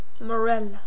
Morella